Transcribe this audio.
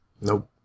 Nope